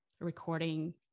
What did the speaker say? recording